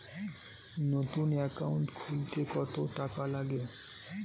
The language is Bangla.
নতুন একাউন্ট খুলতে কত টাকা লাগে?